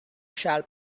shall